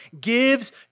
gives